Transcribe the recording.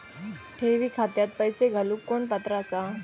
ठेवी खात्यात पैसे घालूक कोण पात्र आसा?